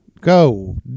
Go